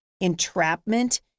entrapment